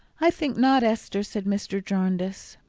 i think not, esther? said mr. jarndyce.